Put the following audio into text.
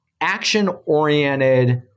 action-oriented